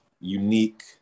unique